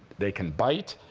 they can bite,